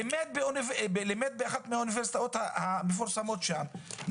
לימד באחת מהאוניברסיטאות המפורסמות שם,